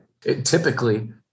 Typically